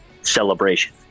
celebration